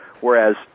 Whereas